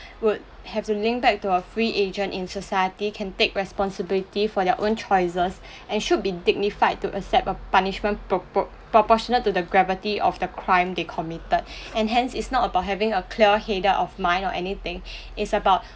would have to link back to a free agent in society can take responsibility for their own choices and should be dignified to accept a punishment propor~ proportionate to the gravity of the crime they committed and hence it's not about having a clear headed of mine or anything it's about